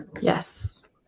Yes